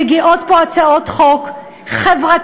מגיעות פה הצעות חוק חברתיות,